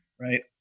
right